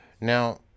Now